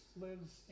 lives